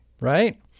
Right